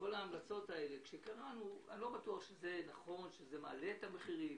מכל ההמלצות האלו שקראנו, שזה מעלה את המחירים,